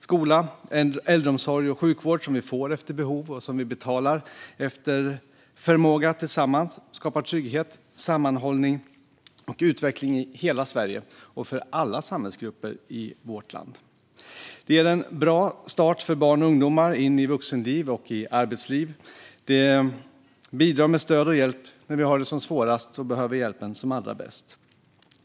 Skola, äldreomsorg och sjukvård som vi får efter behov och som vi betalar gemensamt efter förmåga skapar trygghet, samanhållning och utveckling i hela Sverige och för alla samhällsgrupper i vårt land. Det ger en bra start för barn och ungdomar in i vuxenliv och arbetsliv. Det bidrar med stöd och hjälp när vi har det som svårast och behöver hjälpen som allra bäst.